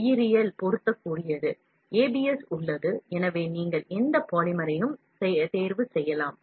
உயிரியக்க இணக்கமான ஏபிஎஸ் உள்ளது தொழில்துறை ஏபிஎஸ் உள்ளது அவற்றில் ஏதேனும் ஒரு பாலிமரைத் தேர்வு செய்யலாம்